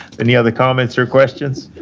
any other comments or questions?